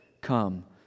come